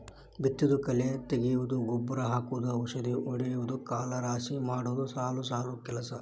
ಬಿತ್ತುದು ಕಳೆ ತಗಿಯುದು ಗೊಬ್ಬರಾ ಹಾಕುದು ಔಷದಿ ಹೊಡಿಯುದು ಕಾಳ ರಾಶಿ ಮಾಡುದು ಸಾಲು ಸಾಲು ಕೆಲಸಾ